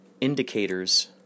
indicators